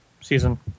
season